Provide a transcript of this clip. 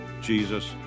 Jesus